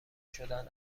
شدن